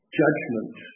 judgment